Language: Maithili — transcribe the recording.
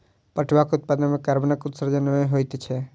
पटुआक उत्पादन मे कार्बनक उत्सर्जन नै होइत छै